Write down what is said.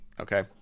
okay